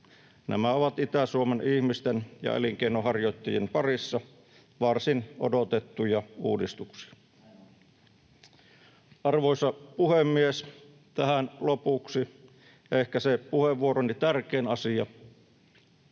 Nämä ovat Itä-Suomen ihmisten ja elinkeinonharjoittajien parissa varsin odotettuja uudistuksia. Arvoisa puhemies! Tähän lopuksi ehkä se puheenvuoroni tärkein asia: